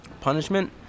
Punishment